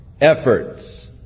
efforts